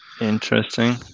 Interesting